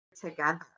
together